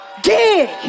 dig